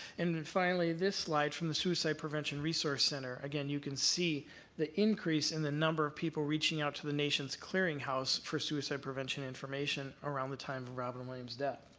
and and finally, this slide from the suicide prevention resource center again, you can see the increase in the number of people reaching out to the nation's clearinghouse for suicide prevention information around the time of robin williams' death.